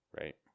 right